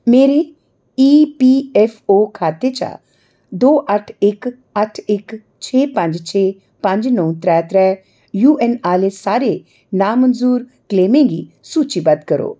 मेरे ईपीऐफ्फओ खाते चा दो अट्ठ इक अट्ठ इक छे पंज छे पंज न'उं त्रै त्रै यूऐन्न आह्ले सारे नामंजूर क्लेमें गी सूचीबद्ध करो